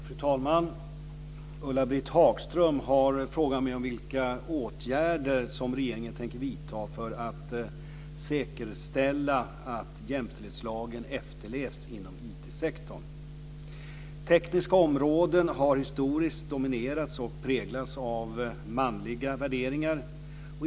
Fru talman! Ulla-Britt Hagström har frågat mig om vilka åtgärder som regeringen tänker vidta för att säkerställa att jämställdhetslagen efterlevs inom IT Tekniska områden har historiskt dominerats och präglats av manliga värderingar.